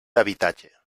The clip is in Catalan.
habitatge